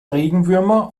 regenwürmer